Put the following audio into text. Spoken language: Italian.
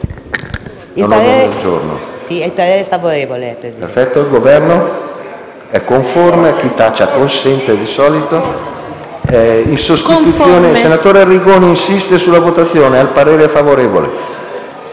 il parere favorevole